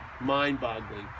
Mind-boggling